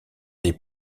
des